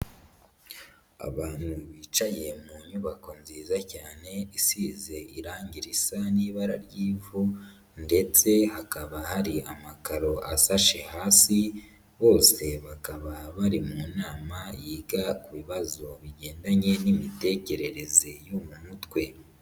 Abantu bicaye mu nyubako nziza cyane, isize irangiriza n'ibara ry'ivu ndetse hakaba hari amakaro asashe hasi, bose bakaba bari mu nama yiga ku bibazo bigendanye n'imitekerereze yo mu mutwe.